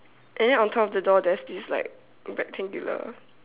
and then on top of the door there's this like rectangular